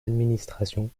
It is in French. administration